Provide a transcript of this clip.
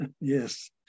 yes